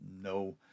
no